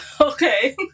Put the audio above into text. Okay